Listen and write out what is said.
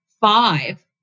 five